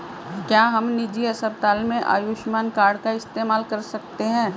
क्या हम निजी अस्पताल में आयुष्मान कार्ड का इस्तेमाल कर सकते हैं?